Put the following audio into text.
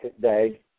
day